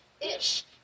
ish